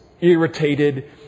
irritated